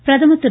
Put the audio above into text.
பிரதமர் திரு